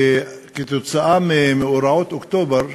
שבגלל מאורעות אוקטובר,